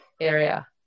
area